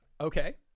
Okay